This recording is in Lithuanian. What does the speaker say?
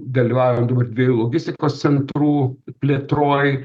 dalyvaujam dabar dviejų logistikos centrų plėtroj